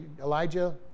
Elijah